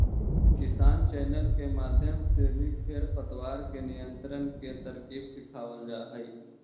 किसान चैनल के माध्यम से भी खेर पतवार के नियंत्रण के तरकीब सिखावाल जा हई